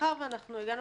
ומאחר שאנחנו הגענו